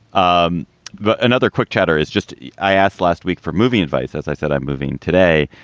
um but another quick chatter is just i asked last week for movie advice. as i said, i'm moving today.